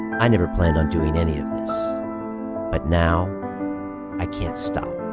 i never planned on doing any of this, but now i can't stop.